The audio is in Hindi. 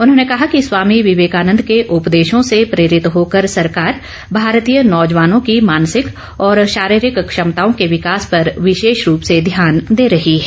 उन्होंने कहा कि स्वामी विवेकानंद के उपदेशों से प्रेरित होकर सरकार भारतीय नौजवानों की मानसिक और शारीरिक क्षमताओं के विकास पर विशेष रूप से ध्यान दे रही है